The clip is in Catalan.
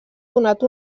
donat